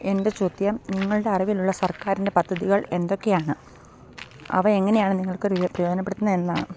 എൻ്റെ ചോദ്യം നിങ്ങളുടെ അറിവിലുള്ള സർക്കാരിൻ്റെ പദ്ധതികൾ എന്തൊക്കെയാണ് അവ എങ്ങനെയാണ് നിങ്ങൾക്ക് പ്രയോജനപ്പെടുന്നതെന്നാണ്